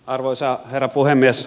arvoisa herra puhemies